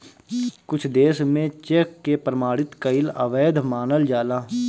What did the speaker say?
कुछ देस में चेक के प्रमाणित कईल अवैध मानल जाला